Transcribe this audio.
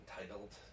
entitled